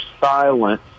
silent